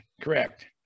correct